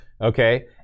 Okay